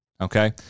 okay